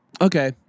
okay